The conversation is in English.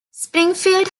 springfield